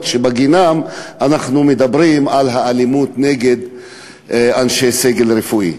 שבגינן אנחנו מדברים על האלימות נגד אנשי סגל רפואי.